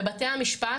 בבתי המשפט